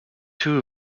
two